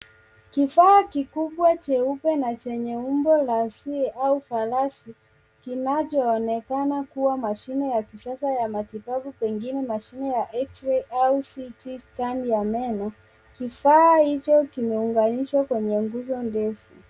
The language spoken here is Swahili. Kifaa kikubwa jeupe na chenye umbo la C au farasi kinachoonekana kua mashine ya kisasa ya matibabu kwengine mashine ya X-ray au CT Scan ya meno. Kifaa hicho kimeunganishwa kwenye nguzo ndefu.